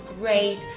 great